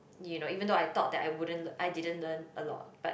you know even though I thought that I wouldn't I didn't learn a lot but